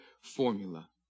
formula